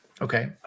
Okay